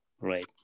Right